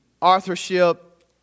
authorship